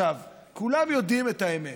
כולם יודעים את האמת.